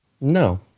no